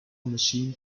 machine